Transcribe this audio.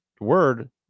word